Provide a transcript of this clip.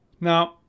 Now